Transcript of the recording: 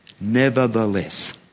Nevertheless